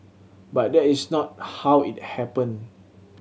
but that is not how it happened